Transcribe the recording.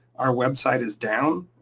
our website is down.